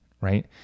right